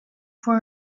for